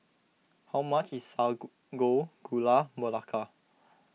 how much is Sago Gula Melaka